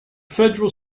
federal